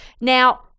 Now